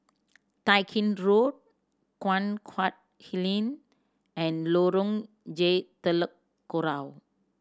Tai Gin Road Guan Huat Kiln and Lorong J Telok Kurau